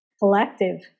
collective